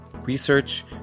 Research